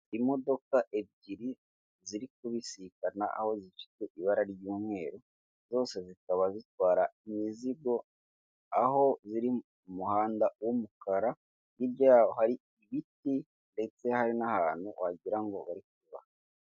Imodoka ebyiri ziri kubisikana aho zifite ibara ry'umweru zose zikaba zitwara imizigo, aho ziri mu muhanda w'umukara, hirya yaho hari ibiti ndetse hari n'ahantu wagira ngo bari kubaka.